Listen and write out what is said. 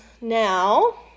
now